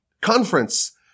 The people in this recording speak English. conference